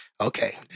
okay